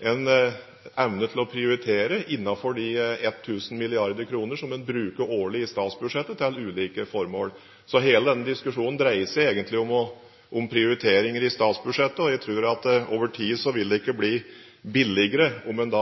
til å prioritere innenfor de 1 000 mrd. kr som en bruker årlig i statsbudsjettet til ulike formål. Så hele denne diskusjonen dreier seg egentlig om prioriteringer i statsbudsjettet, og jeg tror at over tid vil det ikke bli billigere om en